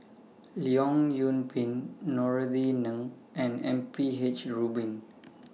Leong Yoon Pin Norothy Ng and M P H Rubin